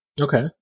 Okay